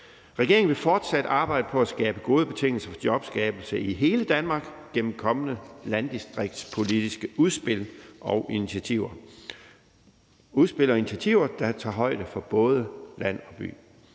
Regeringen vil fortsat arbejde på at skabe gode betingelser for jobskabelse i hele Danmark gennem kommende landdistriktspolitiske udspil og initiativer, der tager højde for både land og by.